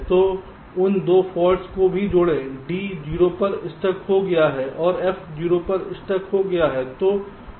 तो उन 2 फॉल्ट्स को भी जोड़ें D 0 पर स्टक हो गया और F 0 पर स्टक हो गया